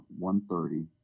1.30